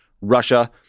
Russia